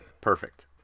perfect